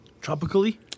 Tropically